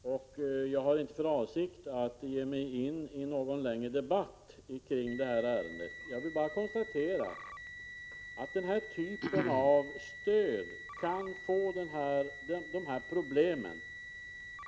Herr talman! Jag tackar för det svar som Per-Richard Molén har fått. Jag har inte för avsikt att ge mig in i någon längre debatt i detta ärende. Jag vill bara konstatera att denna typ av stöd kan ge upphov till sådana här problem.